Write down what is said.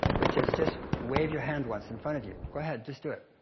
which is just wave your hand once in front of you. go ahead, just do it.